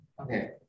Okay